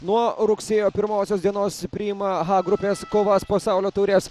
nuo rugsėjo pirmosios dienos priima h grupės kovas pasaulio taurės